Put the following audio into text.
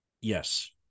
Yes